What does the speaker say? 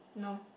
no